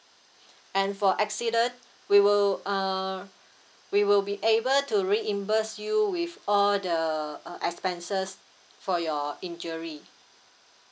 and for accident we will uh we will be able to reimburse you with all the uh expenses for your injury